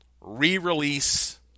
re-release